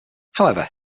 however